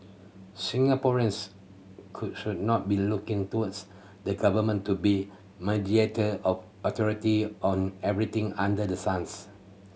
Singaporeans could should not be looking towards the government to be mediator or authority on everything under the sun